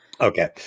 Okay